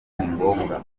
ningombwa